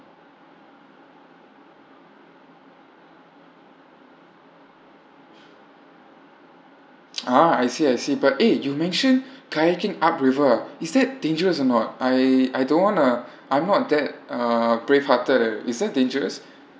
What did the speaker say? ah I see I see but eh you mentioned kayaking upriver is that dangerous or not I I don't want to I'm not that uh brave hearted eh is that dangerous